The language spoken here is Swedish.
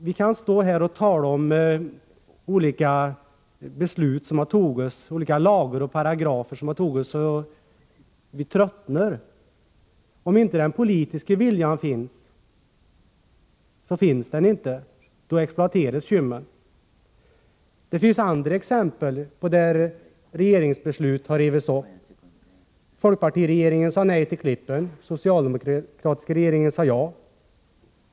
Vi kan stå här och tala om olika beslut som har fattats — olika lagar och paragrafer — men vi tröttnar. Om inte den politiska viljan finns kommer Kymmen att exploateras. Det finns andra exempel på att regeringsbeslut har rivits upp. Folkpartiregeringen sade nej till Klippen, den socialdemokratiska regeringen sade ja.